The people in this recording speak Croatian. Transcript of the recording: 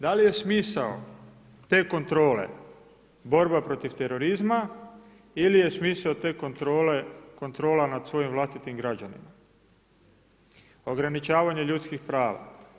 Da li je smisao, te kontrole borba protiv terorizma ili je smisao te kontrole, kontrola nad svojim vlastitih građana, ograničavanje ljudskih prava.